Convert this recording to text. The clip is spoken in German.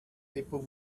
depot